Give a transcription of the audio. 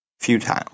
futile